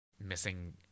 missing